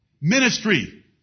ministry